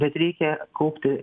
bet reikia kaupti